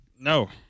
No